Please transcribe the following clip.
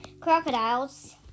crocodiles